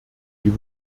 die